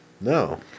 No